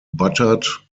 buttered